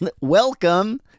welcome